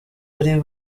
ari